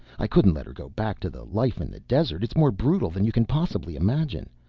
i couldn't let her go back to the life in the desert, it's more brutal than you can possibly imagine.